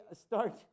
start